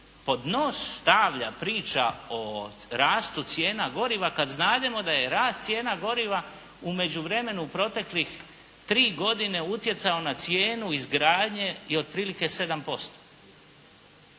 pod nos stavlja, priča o rastu cijena goriva, kada znademo da je rast cijena goriva u međuvremenu proteklih 3 godine utjecao na cijenu izgradnje i otprilike 7%.